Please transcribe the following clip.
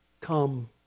come